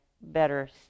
better